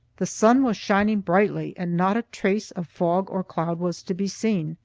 the sun was shining brightly and not a trace of fog or cloud was to be seen.